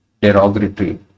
derogatory